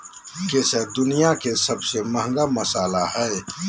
केसर दुनिया के सबसे महंगा मसाला हइ